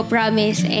Promise